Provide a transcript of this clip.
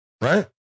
Right